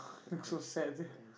looks so sad sia